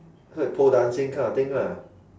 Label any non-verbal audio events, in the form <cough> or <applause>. <noise> pole dancing kind of thing lah